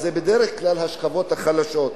אז זה בדרך כלל השכבות החלשות,